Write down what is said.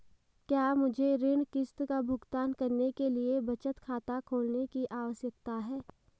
क्या मुझे ऋण किश्त का भुगतान करने के लिए बचत खाता खोलने की आवश्यकता है?